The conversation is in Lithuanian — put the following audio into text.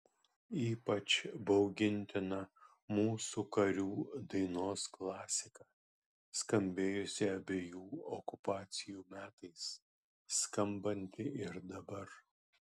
ypač baugintina mūsų karių dainos klasika skambėjusi abiejų okupacijų metais skambanti ir dabar